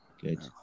good